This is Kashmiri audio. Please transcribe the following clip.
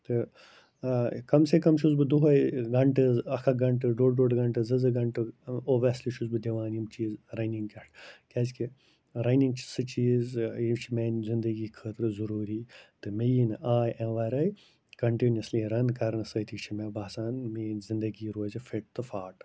تہٕ کَم سے کَم چھُس بہٕ دۄہَے گَھنٹہٕ اَکھ اَکھ گَھنٹہٕ ڈۄڈ ڈۄڈ گَھنٹہٕ زٕ زٕ گَھنٹہٕ اوٚبوٮ۪سلی چھُس بہٕ دِوان یِم چیٖز رَنِنٛگ کیٛازکہِ رَنِنٛگ چھِ سُہ چیٖز یہِ چھِ میٛانہِ زندگی خٲطرٕ ضٔروٗری تہٕ مےٚ یی نہٕ آے اَمۍ وَرٲے کَنٹِنیُوَسلی رَن کَرنہٕ سۭتی چھِ مےٚ باسان میٛٲنۍ زندگی روزِ فِٹ تہٕ فاٹ